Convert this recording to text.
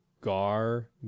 Gar